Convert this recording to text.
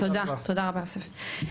תודה רבה יוסף.